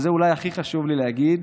ואת זה אולי הכי חשוב לי להגיד,